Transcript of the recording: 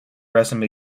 resume